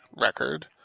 record